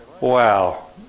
Wow